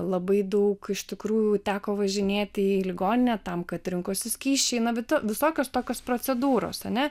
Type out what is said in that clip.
labai daug iš tikrųjų teko važinėti į ligoninę tam kad rinkosi skysčiai na bet visokios tokios procedūros ar ne